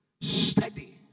steady